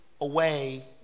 away